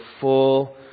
full